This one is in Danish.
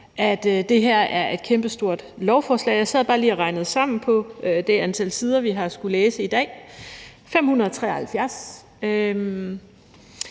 at det her er et kæmpestort lovforslag. Jeg sad bare lige og regnede sammen på det antal sider, vi har skullet læse i dag – 573.